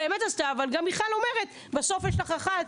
אבל גם מיכל אומרת: בסוף יש לך אחת,